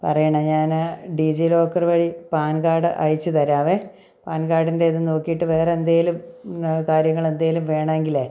പറയണം ഞാനാ DigiLocker വഴി പാൻ കാഡ് അയച്ച് തരാവെ പാൻ കാഡിൻ്റെത് നോക്കിയിട്ട് വേറെയെന്തേലും കാര്യങ്ങളെന്തേലും വേണമെങ്കിലേ